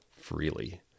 freely